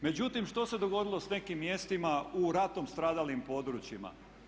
Međutim, što se dogodilo s nekim mjestima u ratom stradalim područjima?